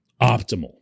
optimal